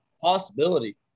possibility